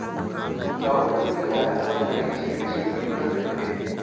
राउत मन के गाय ह भारी छिहिल छिहिल दिखत रहिथे